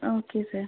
okay sir